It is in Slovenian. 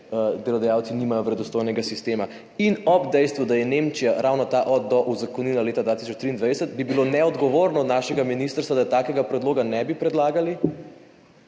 delodajalci nimajo verodostojnega sistema, in ob dejstvu, da je Nemčija ravno ta od – do uzakonila leta 2023, bi bilo neodgovorno od našega ministrstva, da takega predloga ne bi predlagali,